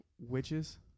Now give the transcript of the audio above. Witches